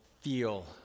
feel